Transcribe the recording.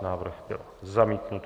Návrh byl zamítnut.